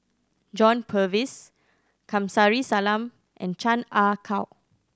John Purvis Kamsari Salam and Chan Ah Kow